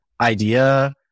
idea